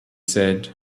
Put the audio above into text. said